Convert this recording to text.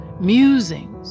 musings